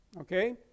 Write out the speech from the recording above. Okay